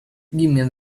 gimme